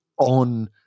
on